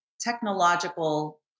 technological